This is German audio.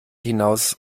hinaus